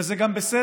וזה גם בסדר,